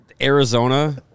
Arizona